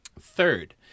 Third